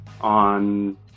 on